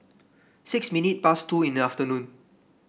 six minute past two in the afternoon